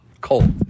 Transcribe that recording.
cold